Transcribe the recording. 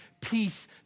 peace